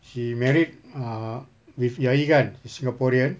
she married uh with yayi kan is singaporean